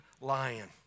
lion